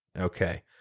Okay